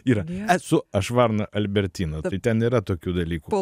ir esu aš varna albertina tai ten yra tokių dalykų